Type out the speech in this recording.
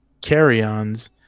carry-ons